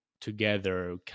together